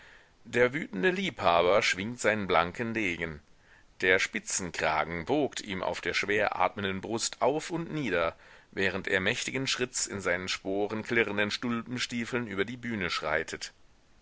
der wütende liebhaber schwingt seinen blanken degen der spitzenkragen wogt ihm auf der schwer atmenden brust auf und nieder während er mächtigen schritts in seinen sporenklirrenden stulpenstiefeln über die bühne schreitet